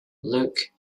luke